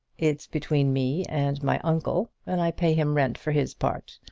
it's between me and my uncle, and i pay him rent for his part.